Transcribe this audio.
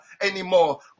anymore